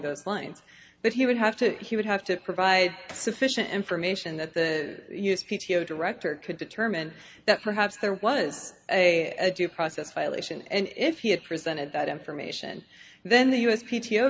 those lines but he would have to he would have to provide sufficient information that the p t o director could determine that perhaps there was a jew process violation and if he had presented that information then the u s p t o